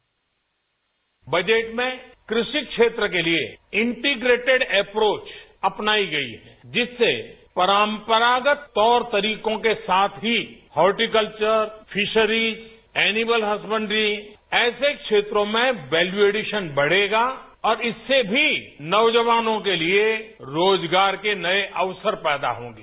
bite budget में कृषि क्षेत्र के लिये इंटिग्रेटेड अपरोच अपनाई गयी जिससे परंपरागत तौर तरीकों के साथ ही हॉर्टिकल्चर फिशरीज एनिमल हजबैंड्री ऐसे क्षेत्रों में वेल्य् एडीशन बढ़ेगा और इससे भी नौजवानों के लिये रोजगार के नये अवसर पैदा होंगे